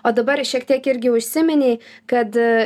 o dabar šiek tiek irgi užsiminei kad